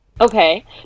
Okay